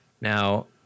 Now